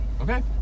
Okay